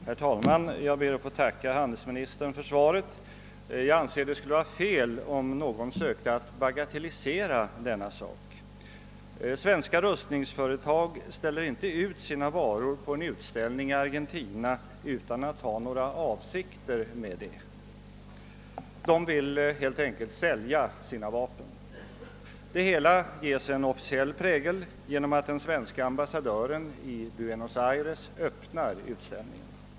Herr talman! Jag ber att få tacka handelsministern för svaret. Jag anser att det skulle vara fel om någon sökte bagatellisera denna sak. Svenska rustningsföretag ställer inte ut sina varor på en utställning i Argentina utan att ha några avsikter med det. De vill helt enkelt sälja sina vapen. Det hela ges en officiell prägel genom att den svenska ambassadören i Buenos Aires öppnar utställningen.